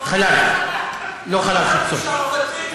הוא הוריד את החלל.